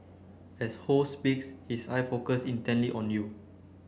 as Ho speaks his eye focus intently on you